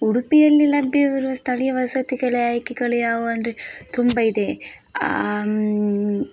ಉಡುಪಿಯಲ್ಲಿ ಲಭ್ಯವಿರುವ ಸ್ಥಳೀಯ ವಸತಿಗಳ ಆಯ್ಕೆಗಳು ಯಾವುವು ಅಂದರೆ ತುಂಬ ಇದೆ